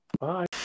Bye